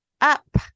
up